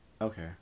Okay